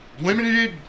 limited